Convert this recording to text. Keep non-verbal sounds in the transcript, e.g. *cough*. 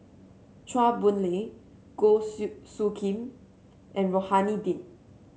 Chua Boon Lay Goh *unintelligible* Soo Khim and Rohani Din